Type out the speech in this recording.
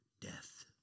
Death